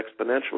exponentially